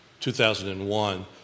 2001